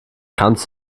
kannst